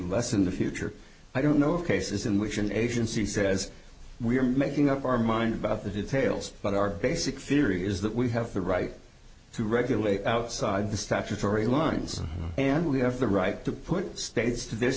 us in the future i don't know of cases in which an agency says we're making up our mind about the details but our basic theory is that we have the right to regulate outside the statutory lines and we have the right to put states to this